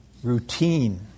Routine